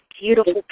beautiful